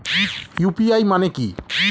UPI মানে কি?